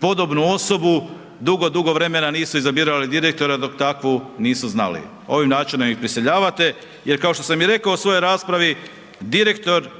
podobnu osobu, dugo, dugo vremena nisu izabirali direktora, dok takvu nisu znali. Ovim načinom ih prisiljavate jer kao što sam i rekao u svojoj raspravi, direktor